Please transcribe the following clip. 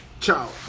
Ciao